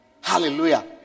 Hallelujah